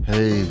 Hey